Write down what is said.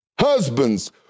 husbands